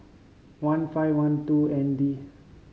one five one two N D